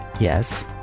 Yes